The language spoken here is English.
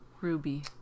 Ruby